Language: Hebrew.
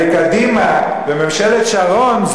הרי קדימה בממשלת שרון,